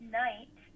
night